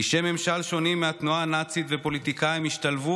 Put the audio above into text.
אישי ממשל שונים מהתנועה הנאצית ופוליטיקאים השתלבו